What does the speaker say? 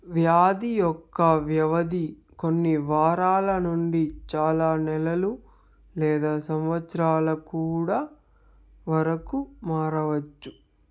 వ్యాధి యొక్క వ్యవధి కొన్ని వారాల నుండి చాలా నెలలు లేదా సంవత్సరాల కూడా వరకు మారవచ్చు